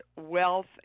wealth